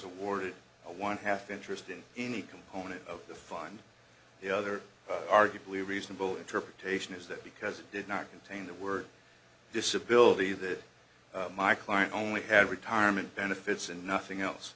awarded a one half interest in any component of the fine the other arguably reasonable interpretation is that because it did not contain the word disability that my client only had retirement benefits and nothing else